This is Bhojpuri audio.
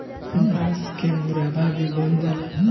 बांस के मुरब्बा भी बन जाला